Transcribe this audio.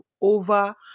over